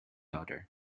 other